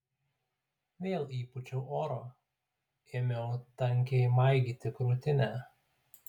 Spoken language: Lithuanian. vėl įpūčiau oro ėmiau tankiai maigyti krūtinę